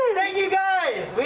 thank you, guys.